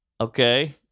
Okay